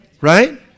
Right